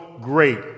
great